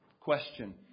Question